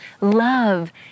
love